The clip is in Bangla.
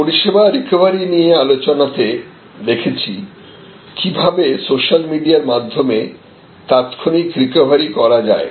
পরিষেবা রিকভারি নিয়ে আলোচনাতে দেখেছি কিভাবে সোশ্যাল মিডিয়ার মাধ্যমে তাৎক্ষণিক রিকভারি করা যায়